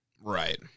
right